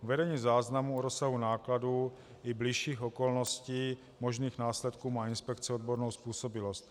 K vedení záznamů o rozsahu nákladů i bližších okolností možných následků má inspekce odbornou způsobilost.